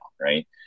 Right